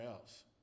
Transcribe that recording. else